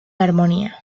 armonía